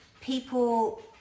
people